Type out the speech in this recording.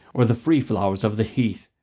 or the free flowers of the heath,